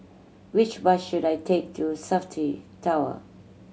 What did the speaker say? which bus should I take to Safti Tower